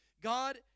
God